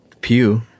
pew